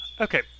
Okay